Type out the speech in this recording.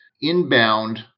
inbound